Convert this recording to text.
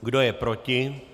Kdo je proti?